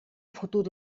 fotut